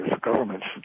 governments